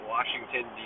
Washington